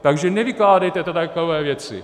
Takže nevykládejte takové věci.